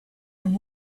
and